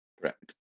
Correct